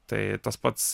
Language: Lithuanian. tai tas pats